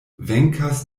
venkas